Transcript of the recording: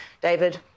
David